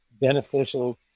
beneficial